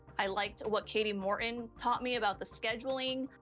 i liked what kati morton taught me about the scheduling.